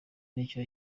nicyo